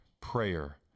prayer